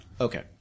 Okay